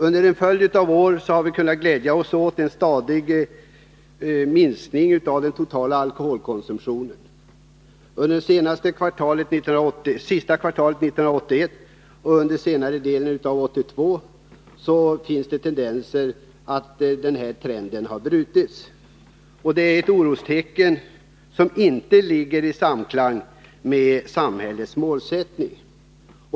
Under en följd av år har vi kunnat glädja oss åt en stadig minskning av den totala alkoholkonsumtionen. Under sista kvartalet 1981 och under den gångna delen av 1982 har det märkts tendenser till att den nedåtgående trenden brutits. Detta är ett orostecken som inte är i samklang med samhällets målsättning.